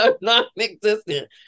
non-existent